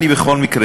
בכל מקרה,